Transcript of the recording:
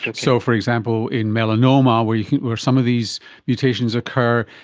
but so, for example, in melanoma where yeah where some of these mutations occur,